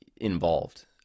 involved